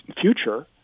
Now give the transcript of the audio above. future